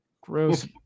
Gross